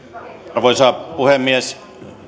arvoisa puhemies